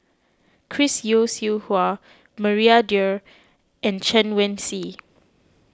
Chris Yeo Siew Hua Maria Dyer and Chen Wen Hsi